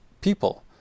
people